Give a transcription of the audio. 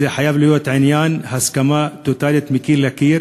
זה חייב להיות עניין של הסכמה טוטלית, מקיר לקיר.